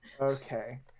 Okay